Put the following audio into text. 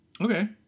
okay